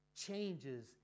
changes